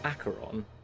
Acheron